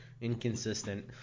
inconsistent